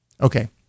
Okay